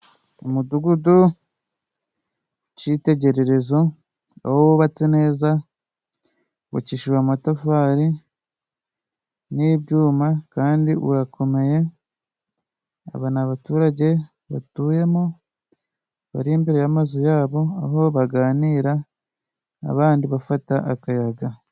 Umudugudu citegererezo aho wubatse neza, ukishijwe amatafari n'ibyuma kandi urakomeye. Aba ni abaturage batuyemo bari imbere y'amazu yabo aho baganira, abandi bafata akayaga.